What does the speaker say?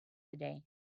today